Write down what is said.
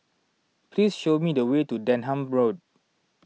please show me the way to Denham Road